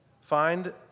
find